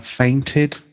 fainted